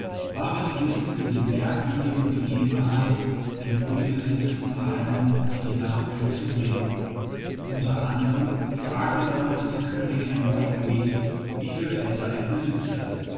war beflissen diese merkwürdige begebenheit in wohlgesetzten reimen auf die nachwelt zu bringen unter anderem fragte damals der könig herrn whitbread wie viel fässer er besitze